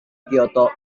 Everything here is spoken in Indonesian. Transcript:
kyoto